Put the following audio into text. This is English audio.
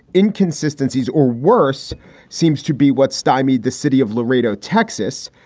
inconsistencies or worse seems to be what stymied the city of laredo, texas,